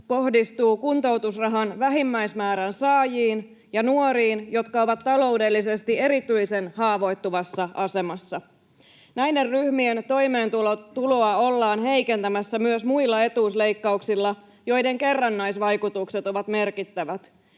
kohdistuu kuntoutusrahan vähimmäismäärän saajiin ja nuoriin, jotka ovat taloudellisesti erityisen haavoittuvassa asemassa. Näiden ryhmien toimeentuloa ollaan heikentämässä myös muilla etuusleikkauksilla, joiden kerrannaisvaikutukset ovat merkittävät.